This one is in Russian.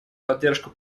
поддержку